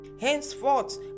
Henceforth